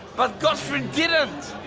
but gottfrid didn't!